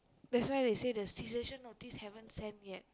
that's why they say the cessation notice haven't send yet